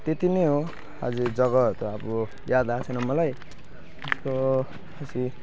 त्यत्ति नै हो आज जग्गा त अब याद आएको छैन मलाई र बेसी